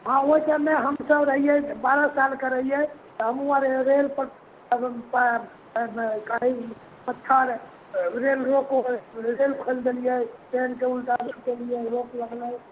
हँ ओहि सबमे हमसब रहियै बारह सालके रहियै तऽ हमहुँ आर रेल पर पत्थर रेल रोको रेल खोलि देलियै ट्रैनके उल्टा